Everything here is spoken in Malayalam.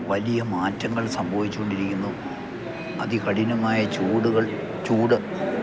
വലിയ മാറ്റങ്ങൾ സംഭവിച്ച് കൊണ്ടിരിക്കുന്നു അതി കഠിനമായ ചൂടുകൾ ചൂട്